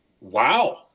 Wow